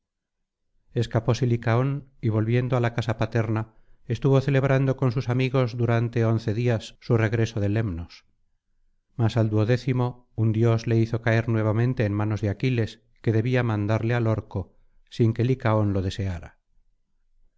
escapóse licaón y volviendo á la casa paterna estuvo celebrando con sus amigos durante once días su regreso de lemnos mas al duodécimo un dios le hizo caer nuevamente en manos de aquiles que debía mandarle al orco sin que licaón lo deseara